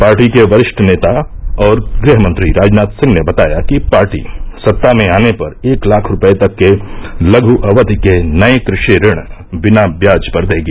party के वरिष्ठ नेता और गृहमंत्री राजनाथ सिंह ने बताया कि पार्टी सत्ता में आने पर एक लाख रूपये तक के लघ् अवधि के नये कृषि ऋण बिना ब्याज पर देगी